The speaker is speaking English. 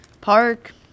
park